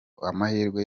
amahirwe